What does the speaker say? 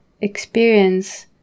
experience